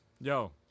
Yo